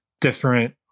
different